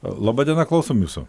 laba diena klausom jūsų